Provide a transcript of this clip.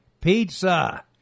pizza